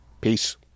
Peace